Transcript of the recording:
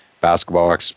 basketball